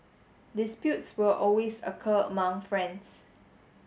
disputes will always occur among friends